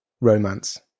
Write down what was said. romance